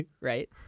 right